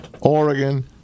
Oregon